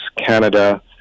Canada